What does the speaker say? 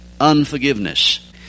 unforgiveness